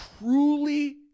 truly